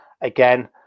again